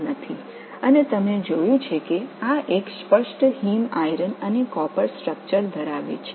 நீங்கள் பார்த்தபடி இது ஒரு தெளிவான ஹீம் இரும்பு மற்றும் காப்பர் அமைப்பு